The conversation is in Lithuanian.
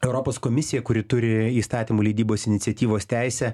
europos komisija kuri turi įstatymų leidybos iniciatyvos teisę